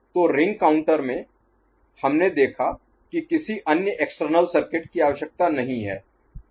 तो ring counter में हमने देखा कि किसी अन्य एक्सटर्नल सर्किट की आवश्यकता नहीं है